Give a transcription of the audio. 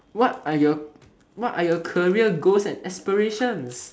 what are your what are your career goals and aspiration